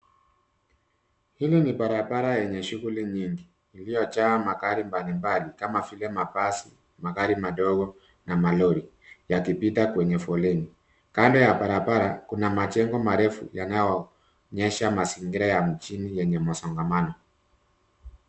Hili ni barabara yenye shughuli nyingi, iliyojaa magari mbali mbali kama vile, mabasi, magari madogo, na malori yakipita kwenye foleni. Kando ya barabara, kuna majengo marefu yanayoonyesha mazingira ya mjini yenye msongamano.